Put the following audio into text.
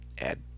add